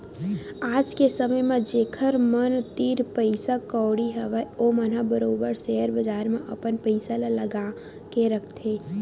आज के समे म जेखर मन तीर पइसा कउड़ी हवय ओमन ह बरोबर सेयर बजार म अपन पइसा ल लगा के रखथे